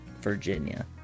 Virginia